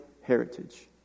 heritage